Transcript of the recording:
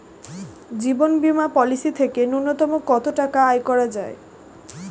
জীবন বীমা পলিসি থেকে ন্যূনতম কত টাকা আয় করা যায়?